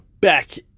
back